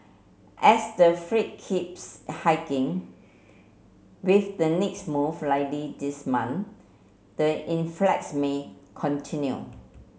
as the keeps hiking with the next move likely this month the influx may continue